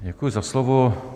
Děkuji za slovo.